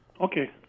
Okay